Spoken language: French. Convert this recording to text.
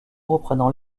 reprenant